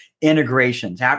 integrations